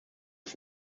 des